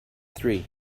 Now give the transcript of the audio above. three